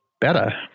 better